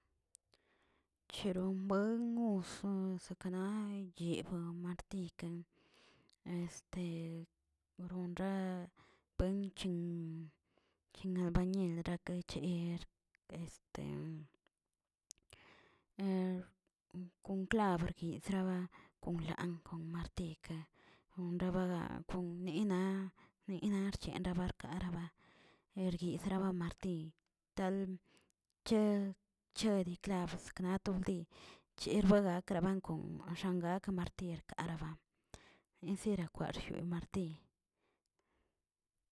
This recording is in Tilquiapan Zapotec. Cherombuen so sakanay yebuen martiy ke ronra penchin kin albañil kerekecher kon klab kir kreba kon lang kon martiy ke, enrabagan kon neena neena xchenra rerabarka, ergrigaba martiy tal che che di klabz na toldi, cherbagran keraban xan gak martiy karaba ensirakwarjiu martiy.